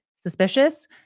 suspicious